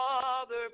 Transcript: father